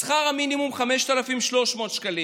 שכר המינימום 5,300 שקלים,